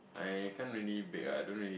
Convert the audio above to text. I can't really bake ah I don't really